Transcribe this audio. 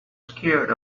scared